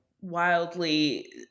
wildly